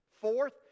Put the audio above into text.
Fourth